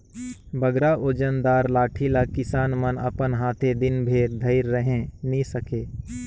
बगरा ओजन दार लाठी ल किसान मन अपन हाथे दिन भेर धइर रहें नी सके